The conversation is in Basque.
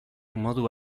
modu